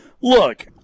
Look